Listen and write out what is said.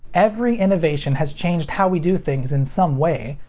every innovation has changed how we do things in some way.